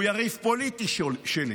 הוא יריב פוליטי שלי.